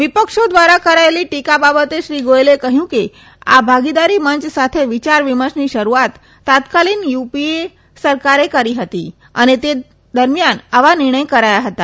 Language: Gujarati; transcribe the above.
વિપક્ષો કરેલી ટીકા બાબતે શ્રીગોથેલે કહયું કે આ ભાગીદારી મંય સાથે વિયાર વિમર્શની શરુઆત તત્કાલીન યુપીએ સરકારે કરી હતી અને તે દરમ્યાન આવા નિર્ણય કરાયા હતા